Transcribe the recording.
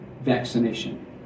vaccination